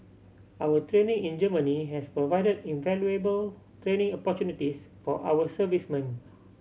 our training in Germany has provided invaluable training opportunities for our servicemen